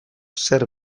zer